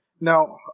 Now